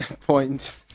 point